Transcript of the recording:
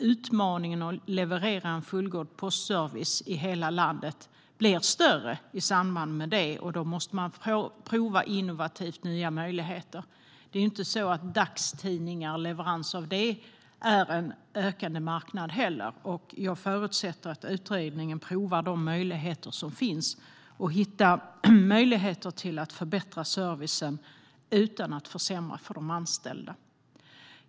Utmaningen att leverera en fullgod postservice i hela landet blir större i samband med det, och då måste man prova innovativt nya möjligheter. Det är inte heller så att leverans av dagstidningar är en ökande marknad. Jag förutsätter att utredningen provar de möjligheter som finns och hittar möjligheter att förbättra servicen utan att försämra för de anställda.